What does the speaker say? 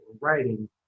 writing